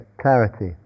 clarity